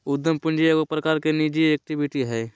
उद्यम पूंजी एगो प्रकार की निजी इक्विटी हइ